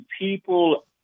people